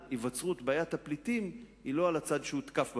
להיווצרות בעיית הפליטים היא לא על הצד שהותקף במלחמה.